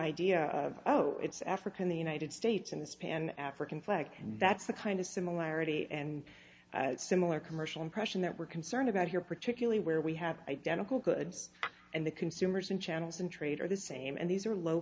idea of oh it's africa in the united states and this pan african flag and that's the kind of similarity and similar commercial impression that we're concerned about here particularly where we have identical goods and the consumers in channels and trade are the same and these are low